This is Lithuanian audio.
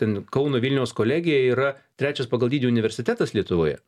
ten kauno vilniaus kolegija yra trečias pagal dydį universitetas lietuvoje